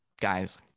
Guys